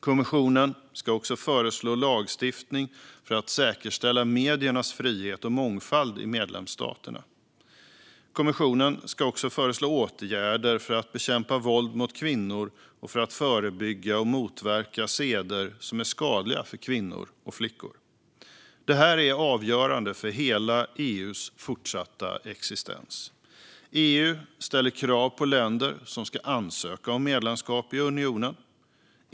Kommissionen ska också föreslå lagstiftning för att säkerställa mediernas frihet och mångfald i medlemsstaterna. Kommissionen ska vidare föreslå åtgärder för att bekämpa våld mot kvinnor och för att förebygga och motverka seder som är skadliga för kvinnor och flickor. Det här är avgörande för hela EU:s fortsatta existens. EU ställer krav på länder som ska få ansöka om medlemskap i unionen.